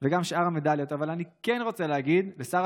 וגם שאר המדליות אבל אני כן רוצה להגיד לשר